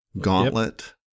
Gauntlet